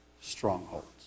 strongholds